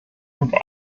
und